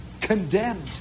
condemned